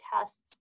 tests